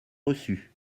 reçues